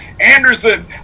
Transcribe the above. Anderson